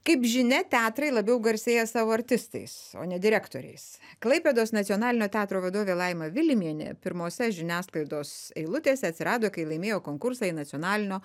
kaip žinia teatrai labiau garsėja savo artistais o ne direktoriais klaipėdos nacionalinio teatro vadovė laima vilimienė pirmose žiniasklaidos eilutėse atsirado kai laimėjo konkursą į nacionalinio